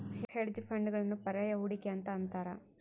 hedge ಫಂಡ್ಗಳನ್ನು ಪರ್ಯಾಯ ಹೂಡಿಕೆ ಅಂತ ಅಂತಾರ